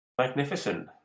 Magnificent